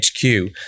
HQ